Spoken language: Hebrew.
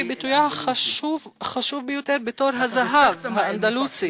את ביטויה החשוב ביותר ב"תור הזהב" האנדלוסי.